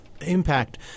impact –